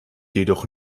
jedoch